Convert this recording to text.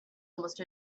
almost